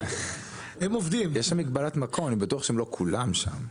יש שם מגבלת מקום, אני בטוח שהם לא כולם שם.